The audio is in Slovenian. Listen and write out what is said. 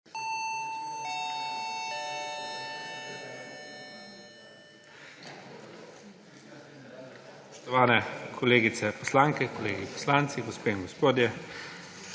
Spoštovane kolegice poslanke, kolegi poslanci, gospe in gospodje!